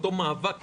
אותו מאבק היסטורי.